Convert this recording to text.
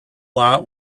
lot